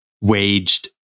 waged